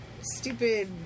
stupid